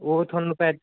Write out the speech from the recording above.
ਉਹ ਤੁਹਾਨੂੰ ਪੈ